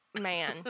man